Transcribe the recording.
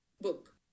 book